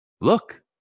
look